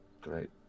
Great